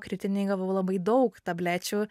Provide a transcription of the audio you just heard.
kritiniai gavau labai daug tablečių